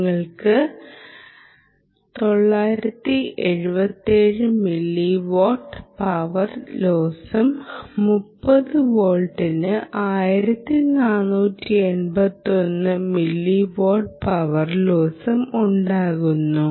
നിങ്ങൾക്ക് 977 milli watt power ലോസും 30 വോൾട്ടിന് 1481 മില്ലി വാട്ട് പവർ ലോസും ഉണ്ടാകുന്നു